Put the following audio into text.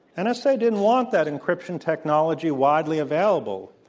and so didn't want that encryption technology widely available,